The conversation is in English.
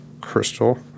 Crystal